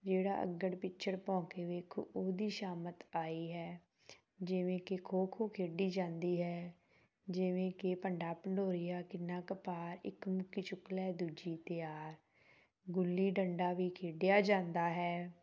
ਜਿਹੜਾ ਅੱਗੜ ਪਿੱਛੜ ਘੁੰਮ ਕੇ ਵੇਖੂ ਉਹਦੀ ਸ਼ਾਮਤ ਆਈ ਹੈ ਜਿਵੇਂ ਕਿ ਖੋ ਖੋ ਖੇਡੀ ਜਾਂਦੀ ਹੈ ਜਿਵੇਂ ਕਿ ਭੰਡਾ ਭੰਡੋਰੀਆ ਕਿੰਨਾ ਕੁ ਭਾਰ ਇੱਕ ਮੁੱਠੀ ਚੁੱਕ ਲੈ ਦੂਜੀ ਤਿਆਰ ਗੁੱਲੀ ਡੰਡਾ ਵੀ ਖੇਡਿਆ ਜਾਂਦਾ ਹੈ